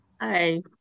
Hi